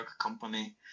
Company